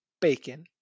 bacon